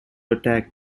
attack